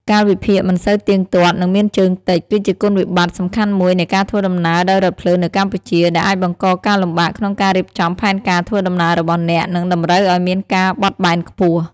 កាលវិភាគមិនសូវទៀងទាត់ និងមានជើងតិច គឺជាគុណវិបត្តិសំខាន់មួយនៃការធ្វើដំណើរដោយរថភ្លើងនៅកម្ពុជា ដែលអាចបង្កការលំបាកក្នុងការរៀបចំផែនការធ្វើដំណើររបស់អ្នក និងតម្រូវឱ្យមានការបត់បែនខ្ពស់។